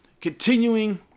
continuing